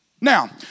Now